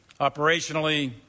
operationally